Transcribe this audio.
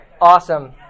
Awesome